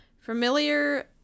Familiar